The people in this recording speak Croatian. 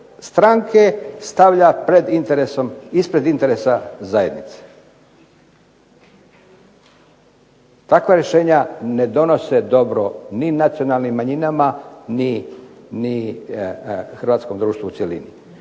stranke stavlja ispred interesa zajednice. Takva rješenja ne donose dobro niti nacionalnim manjinama, ni Hrvatskom društvu u cjelini.